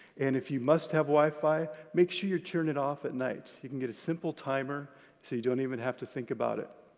and if you must have wi-fi, make sure you turn it off at night. you can get a simple timer so you don't even have to think about it.